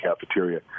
cafeteria